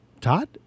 Todd